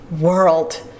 world